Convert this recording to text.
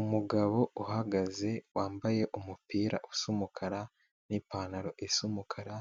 Umugabo uhagaze wambaye umupira usa umukara n'ipantaro isa umukara,